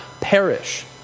perish